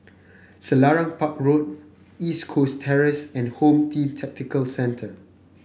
Selarang Park Road East Coast Terrace and Home Team Tactical Centre